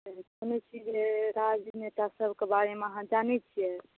कहलहुॅं जे राजनेता सबके बारे मे अहाँ जानै छियै